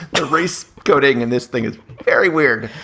the race goating and this thing is very weird.